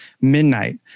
midnight